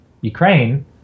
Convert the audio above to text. ukraine